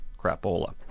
crapola